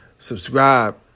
Subscribe